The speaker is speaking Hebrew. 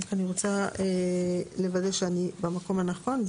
רק אני רוצה לוודא שאני במקום הנכון.